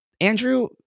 andrew